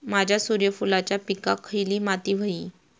माझ्या सूर्यफुलाच्या पिकाक खयली माती व्हयी?